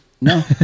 No